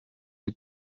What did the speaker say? sie